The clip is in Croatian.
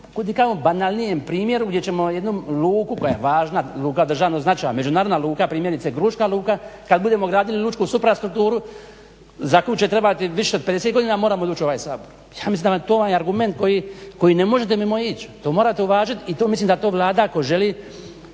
kudikamo banalnijem primjeru gdje ćemo jednom luku koja je važna, luka od državnog značaja, međunarodna luka, primjerice Gruška luka, kad budemo gradili lučku suprastrukturu za koju će trebati više od 50 godina moramo doći u ovaj Sabor. Ja mislim da to vam je argument koji ne možete mimoići. To morate uvažit i to mislim da to Vlada ako želi